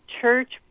church